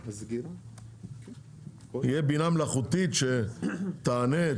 תהיה בינה מלאכותית שתענה,